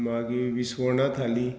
मागीर विस्वणा थाली